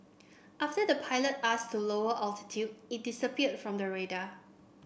after the pilot asked to lower altitude it disappeared from the radar